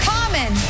Common